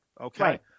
Okay